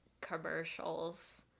commercials